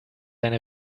eine